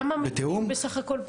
כמה מבנים לא חוקיים פיניתם בסך הכול?